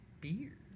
beer